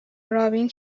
رابین